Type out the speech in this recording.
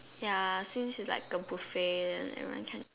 ya since it's like a buffet then everyone can